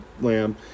lamb